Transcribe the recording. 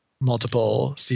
multiple